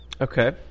Okay